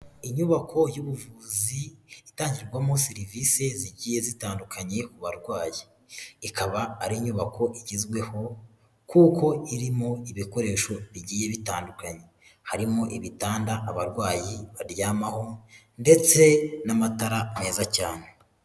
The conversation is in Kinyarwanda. Inyubako y'ubuvuzi itangirwamo serivisi zigiye zitandukanye ku barwayi, ikaba ari inyubako igezweho kuko irimo ibikoresho bigiye bitandukanye harimo: ibitanda abarwayi baryamaho, ndetse n'amatara meza cyane.